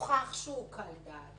הוכח שהוא קל דעת,